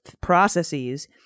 processes